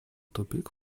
тупик